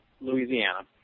Louisiana